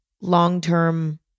long-term